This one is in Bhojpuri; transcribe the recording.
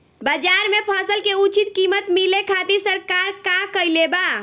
बाजार में फसल के उचित कीमत मिले खातिर सरकार का कईले बाऽ?